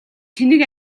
тэнэг